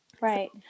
Right